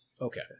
Okay